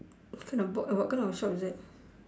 what kind of box what kind of shop is that